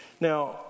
Now